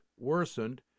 worsened